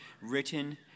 written